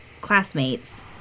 classmates